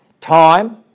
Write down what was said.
Time